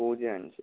പൂജ്യം അഞ്ച്